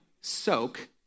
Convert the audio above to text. soak